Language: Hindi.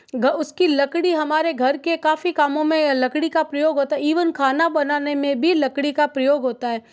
ग उसकी लकड़ी हमारे घर के काफ़ी कामों में लकड़ी का प्रयोग होता है इवन खाना बनाने में भी लकड़ी का प्रयोग होता है